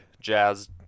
jazz